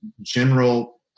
general